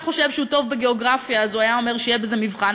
חושב שהוא טוב בגיאוגרפיה הוא היה אומר שיהיה בזה מבחן,